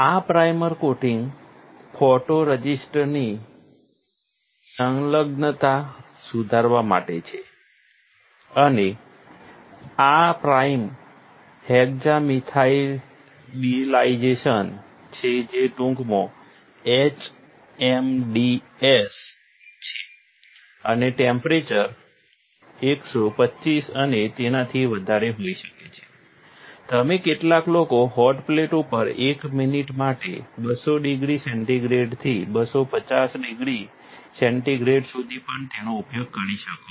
આ primer coating ફોટોરઝિસ્ટની સંલગ્નતા સુધારવા માટે છે અને આ પ્રાઇમર હેક્ઝામિથાઇલડિસિલાઝેન છે જે ટૂંકમાં HMDS છે અને ટેમ્પરેચર 125 અને તેનાથી વધારે હોઈ શકે છે તમે કેટલાક લોકો હોટ પ્લેટ ઉપર 1 મિનિટ માટે 200 ડિગ્રી સેન્ટીગ્રેડથી 250 ડિગ્રી સેન્ટિગ્રેડ સુધી પણ તેનો ઉપયોગ કર્રી શકો છો